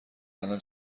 الان